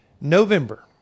November